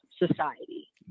Society